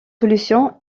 solution